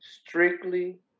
strictly